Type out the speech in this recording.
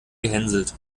gehänselt